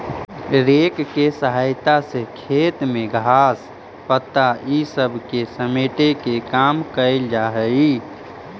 rake के सहायता से खेत में घास, पत्ता इ सब के समेटे के काम कईल जा हई